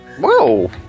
Whoa